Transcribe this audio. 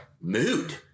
mood